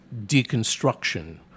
deconstruction